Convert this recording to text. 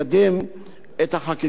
זה המקום, אדוני היושב-ראש,